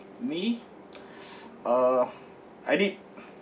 me uh I need